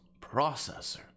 processor